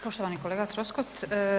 Poštovani kolega Troskot.